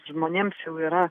žmonėms jau yra